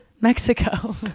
mexico